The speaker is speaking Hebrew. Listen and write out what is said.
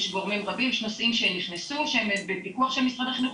יש גורמים רבים שנכנסו שהם בפיקוח של משרד החינוך,